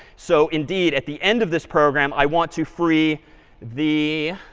so indeed, at the end of this program, i want to free the